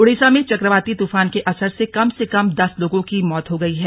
ओड़िसा में च क्रवाती तूफान के असर से कम से कम दस लोगों की मौत हो गई है